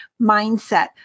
mindset